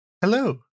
Hello